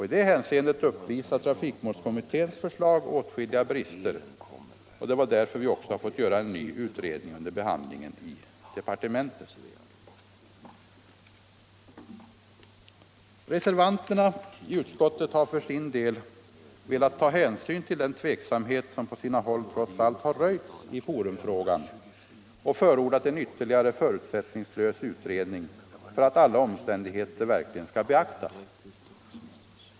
I det hänseendet uppvisar trafik målskommitténs förslag åtskilliga brister, och det var därför vi också fick göra en ny utredning vid behandlingen i departementet. Reservanterna i utskottet har för sin del velat ta hänsyn till den tveksamhet som på sina håll trots allt har röjts i forumfrågan och förordat ytterligare en förutsättningslös utredning, så att alla omständigheter verkligen kommer att beaktas.